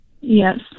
Yes